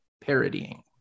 parodying